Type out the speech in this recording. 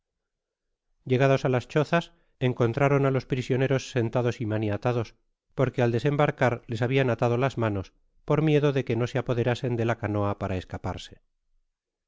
llegados á las chozas encontraron á los prisioneros sentados y maniatados porque al desembarcar les habian atado las manos por miedo de que no se apoderasen de la canoa para escaparse